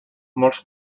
molts